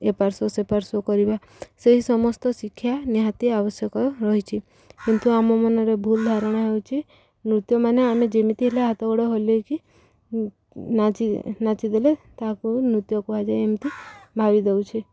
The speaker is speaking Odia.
କରିବା ସେହି ସମସ୍ତ ଶିକ୍ଷା ନିହାତି ଆବଶ୍ୟକ ରହିଛି କିନ୍ତୁ ଆମ ମନରେ ଭୁଲ ଧାରଣା ହେଉଛି ନୃତ୍ୟମାନେ ଆମେ ଯେମିତି ହେଲେ ହାତ ଗୋଡ଼ ହଲେଇକି ନାଚ ନାଚିଦେଲେ ତାହାକୁ ନୃତ୍ୟ କୁହାଯାଏ ଏମିତି ଭାବି ଦେଉଛେ